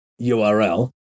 URL